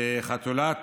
שחתולת